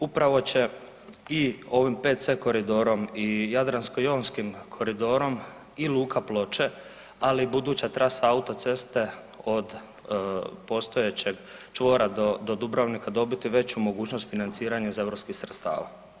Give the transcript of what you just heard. Upravo će i ovim 5C koridorom i jadransko-jonskim koridorom i luka Ploče, ali i buduća trasa autoceste od postojećeg čvora do Dubrovnika dobiti veću mogućnost financiranja iz europskih sredstava.